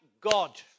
God